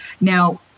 Now